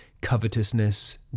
covetousness